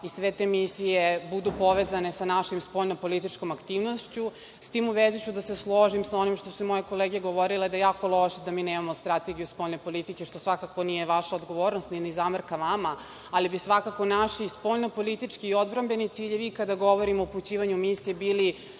da sve te misije budu povezane sa našom spoljnopolitičkom aktivnošću. S tim u vezi ću da se složim sa onim što su moje kolege govorile, da je jako loše da mi nemamo strategiju spoljne politike, što svakako nije vaša odgovornost, nije ni zamerka vama, ali bi svakako naši spoljnopolitički i odbrambeni ciljevi, kada govorimo o upućivanju misije, bili